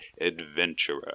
adventurer